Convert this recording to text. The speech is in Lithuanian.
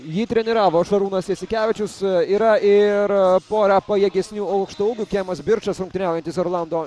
jį treniravo šarūnas jasikevičius yra ir pora pajėgesnių aukštaūgių kemas birčas rungtyniaujantis orlando